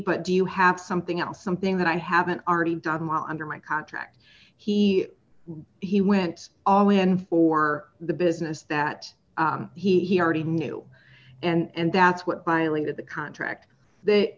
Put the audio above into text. but do you have something else something that i haven't already done i'm on or my contract he he went all in for the business that he already knew and that's what violated the contract that